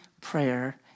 prayer